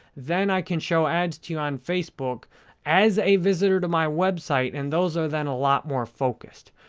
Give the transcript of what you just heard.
then i can show ads to you on facebook as a visitor to my website and those are then a lot more focused.